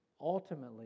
ultimately